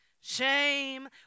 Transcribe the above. shame